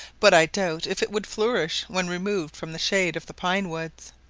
but i doubt if it would flourish when removed from the shade of the pine-woods.